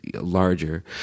larger